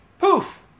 poof